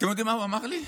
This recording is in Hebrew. אתם יודעים מה הוא אמר לי?